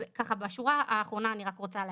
וככה, בשורה האחרונה אני רק רוצה להגיד,